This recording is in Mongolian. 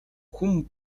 хүн